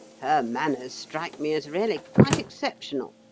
her manners strike me as really quite exceptional.